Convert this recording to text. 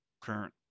current